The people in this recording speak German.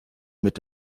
mit